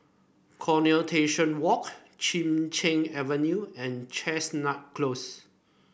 Coronation Walk Chin Cheng Avenue and Chestnut Close